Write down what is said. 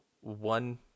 one